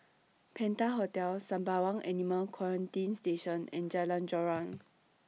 Penta Hotel Sembawang Animal Quarantine Station and Jalan Joran